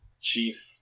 chief